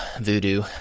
voodoo